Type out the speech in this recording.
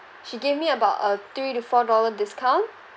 she gave me about uh three to four dollar discount